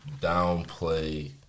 downplay